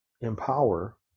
empower